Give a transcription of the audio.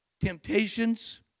temptations